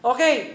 Okay